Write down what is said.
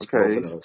Okay